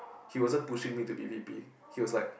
he wasn't pushing me to be V_P he was like